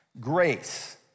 Grace